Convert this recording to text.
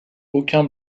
aucun